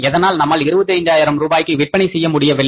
எதனால் நம்மால் 25 ஆயிரம் ரூபாய்க்கு விற்பனை செய்ய முடியவில்லை